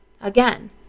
Again